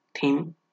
Theme